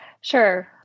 Sure